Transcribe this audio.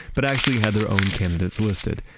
but actually had their own candidates listed,